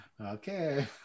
Okay